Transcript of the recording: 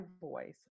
voice